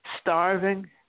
starving